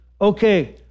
Okay